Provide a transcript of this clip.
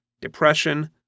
depression